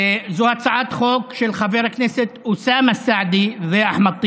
זו הצעת חוק של חברי הכנסת אוסאמה סעדי ואחמד טיבי.